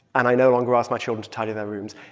and i no longer ask my children to tidy their rooms.